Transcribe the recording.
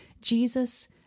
Jesus